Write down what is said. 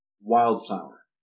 wildflower